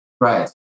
Right